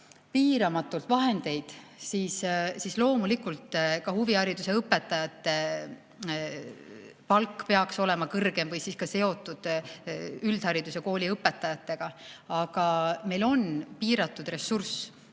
piiramatult vahendeid, siis loomulikult ka huvihariduse õpetajate palk peaks olema kõrgem või seotud üldhariduskooli õpetajate [palkadega]. Aga meil on piiratud ressurss.